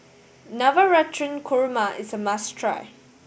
Navratan Korma is a must try